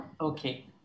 Okay